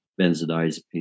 Benzodiazepine